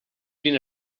been